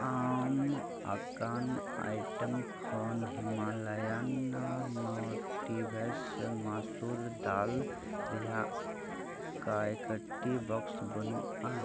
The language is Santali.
ᱟᱢ ᱟᱠᱟᱱ ᱟᱭᱴᱮᱢ ᱠᱷᱚᱱ ᱦᱤᱢᱟᱞᱚᱭᱟᱱ ᱱᱚᱴᱤ ᱵᱷᱮᱹᱥ ᱢᱚᱥᱩᱨ ᱰᱟᱞ ᱨᱮᱭᱟᱜ ᱠᱟᱭᱠᱚᱴᱤ ᱵᱚᱠᱥ ᱵᱟᱹᱱᱩᱜᱼᱟ